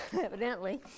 evidently